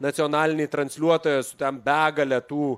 nacionalinį transliuotoją su ten begalę tų